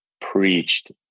preached